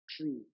true